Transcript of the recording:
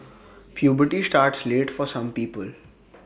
puberty starts late for some people